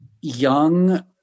young